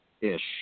ish